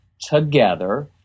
together